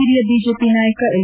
ಹಿರಿಯ ಬಿಜೆಪಿ ನಾಯಕ ಎಲ್